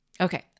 Okay